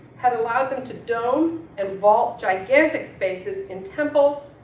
had allowed them to dome and vault gigantic spaces in temples,